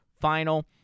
final